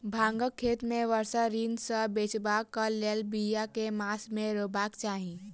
भांगक खेती केँ वर्षा ऋतु सऽ बचेबाक कऽ लेल, बिया केँ मास मे रोपबाक चाहि?